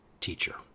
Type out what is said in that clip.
teacher